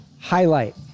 Highlight